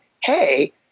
hey